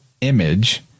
image